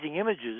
images